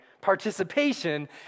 participation